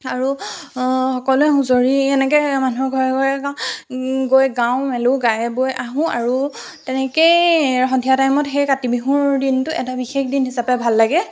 আৰু সকলোৱে হুচঁৰিয়ে এনেকৈ মানুহৰ ঘৰে ঘৰে গাওঁ গৈ গাওঁ মেলো গায় বৈ আহোঁ আৰু তেনেকৈয়ে সন্ধিয়া টইমত সেই কাতি বিহুৰ দিনটো এটা বিশেষ দিন হিচাপে ভাল লাগে